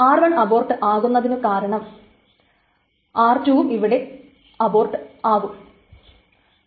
r1 abort ആകുന്നതു കാരണം r2 ഉം അബോർട്ട് ആകണം